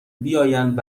بیایند